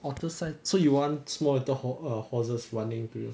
otter sized so you want small little horses running to you